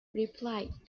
replied